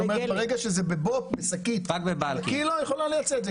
ברגע שזה בשקית, היא יכולה לייצר.